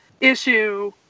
issue